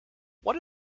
what